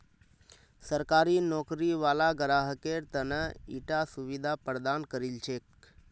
सरकारी नौकरी वाला ग्राहकेर त न ईटा सुविधा प्रदान करील छेक